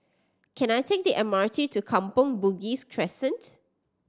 can I take the M R T to Kampong Bugis Crescent